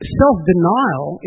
self-denial